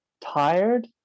Tired